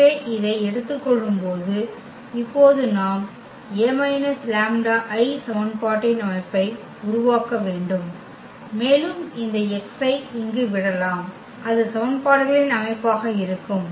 எனவே இதை எடுத்துக் கொள்ளும்போது இப்போது நாம் A λI சமன்பாட்டின் அமைப்பை உருவாக்க வேண்டும் மேலும் இந்த x ஐ இங்கு விடலாம் அது சமன்பாடுகளின் அமைப்பாக இருக்கும்